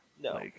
No